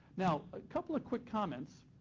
now, a couple of quick comments,